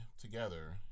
together